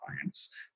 clients